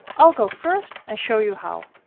i'll go first and show you how.